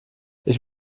ich